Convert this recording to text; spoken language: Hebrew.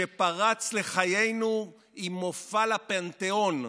שפרץ לחיינו עם מופע לפנתיאון: